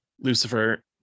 Lucifer